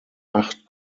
acht